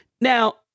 Now